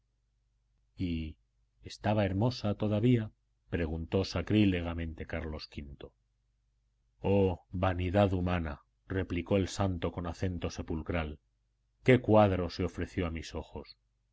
estaba hermosa todavía preguntó sacrílegamente carlos v oh vanidad humana replicó el santo con acento sepulcral qué cuadro se ofreció a mis ojos